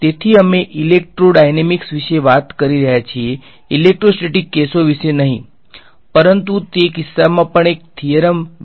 તેથી અમે ઇલેક્ટ્રોડાયનેમિક્સ વિશે વાત કરી રહ્યા છીએ ઇલેક્ટ્રોસ્ટેટિક્સ કેસો વિશે નહી પરંતુ તે કિસ્સામાં પણ એક થીયરમ વિસ્તૃત કરી શકાય છે